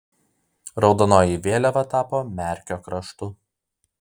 raudonoji vėliava tapo merkio kraštu